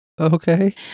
Okay